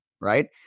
right